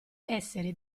essere